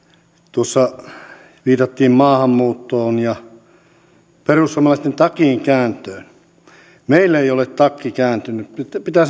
tuossa viitattiin maahanmuuttoon ja perussuomalaisten takinkääntöön meillä ei ole takki kääntynyt pitää